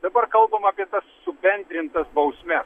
dabar kalbama apie subendrintas bausmes